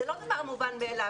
זה לא דבר מובן מאליו.